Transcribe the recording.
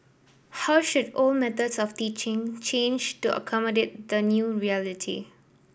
how should old methods of teaching change to accommodate the new reality